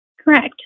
Correct